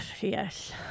yes